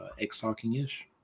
X-Talking-ish